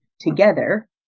together